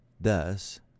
Thus